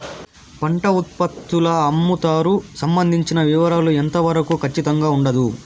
పంట ఉత్పత్తుల అమ్ముతారు సంబంధించిన వివరాలు ఎంత వరకు ఖచ్చితంగా ఉండదు?